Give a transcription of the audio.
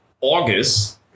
August